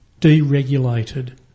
deregulated